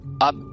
up